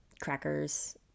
crackers